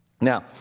Now